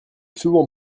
souvent